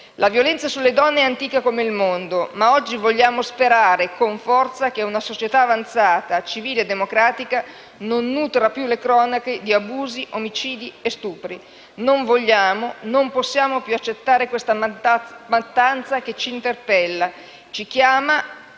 La violenza sulle donne è antica come il mondo, ma oggi vogliamo sperare con forza che una società avanzata, civile e democratica non nutra più le cronache di abusi, omicidi e stupri. Non vogliamo, non possiamo più accettare questa mattanza che ci interpella, ci chiama